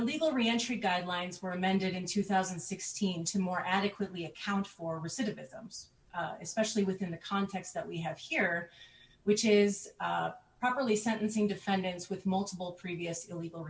illegal reentry guidelines were amended in two thousand and sixteen to more adequately account for recidivism especially within the context that we have here which is probably sentencing defendants with multiple previous illegal